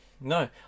No